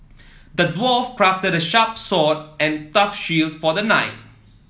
the dwarf crafted a sharp sword and a tough shield for the knight